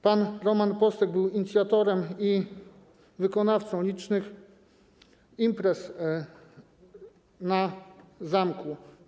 Pan Roman Postek był inicjatorem i wykonawcą licznych imprez na zamku.